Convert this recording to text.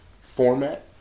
format